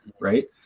right